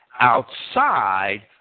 outside